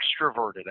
extroverted